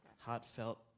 heartfelt